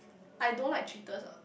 I don't like cheaters lah